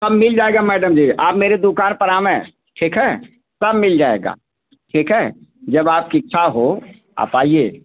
सब मिल जाएगा मैडम जी आप मेरे दुकान पर आवैं ठीक है सब मिल जाएगा ठीक है जब आपकी इच्छा हो आप आइए